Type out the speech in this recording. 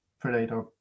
predator